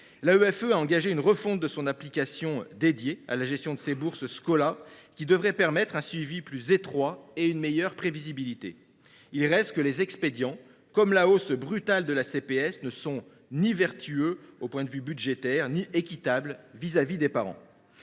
L’AEFE a engagé une refonte de son application Scola, consacrée à la gestion de ses bourses, qui devrait permettre un suivi plus étroit et une meilleure prévisibilité. Il reste que les expédients, comme la hausse brutale de la CPS, ne sont ni vertueux d’un point de vue budgétaire ni équitables vis à vis des parents.